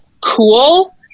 cool